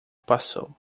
passou